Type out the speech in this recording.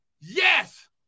Yes